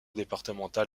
départemental